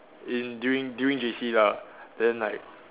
in during during J_C lah then like